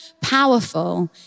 powerful